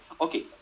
okay